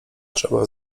trzeba